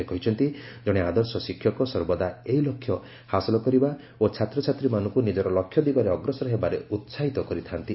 ସେ କହିଛନ୍ତି ଜଣେ ଆଦର୍ଶ ଶିକ୍ଷକ ସର୍ବଦା ଏହି ଲକ୍ଷ୍ୟ ହାସଲ କରିବା ଓ ଛାତ୍ରଛାତ୍ରୀମାନଙ୍କୁ ନିଜର ଲକ୍ଷ୍ୟ ଦିଗରେ ଅଗ୍ରସର ହେବାରେ ଉତ୍କାହିତ କରିଥାନ୍ତି